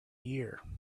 year